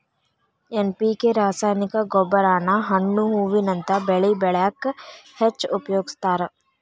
NPK ರಾಸಾಯನಿಕ ಗೊಬ್ಬರಾನ ಹಣ್ಣು ಹೂವಿನಂತ ಬೆಳಿ ಬೆಳ್ಯಾಕ ಹೆಚ್ಚ್ ಉಪಯೋಗಸ್ತಾರ